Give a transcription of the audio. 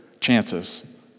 chances